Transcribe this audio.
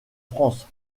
france